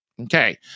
Okay